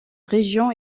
région